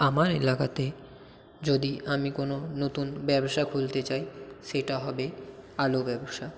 আমার এলাকাতে যদি আমি কোনো নতুন ব্যবসা খুলতে চাই সেটা হবে আলু ব্যবসা